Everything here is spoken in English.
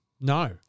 No